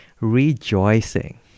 rejoicing